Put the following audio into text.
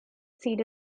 seat